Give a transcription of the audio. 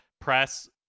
press